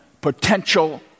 Potential